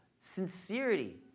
sincerity